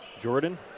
Jordan